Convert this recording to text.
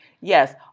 Yes